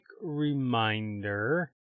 reminder